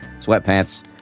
sweatpants